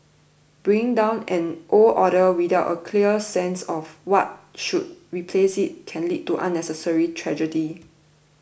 bringing down an old order without a clear sense of what should replace it can lead to unnecessary tragedy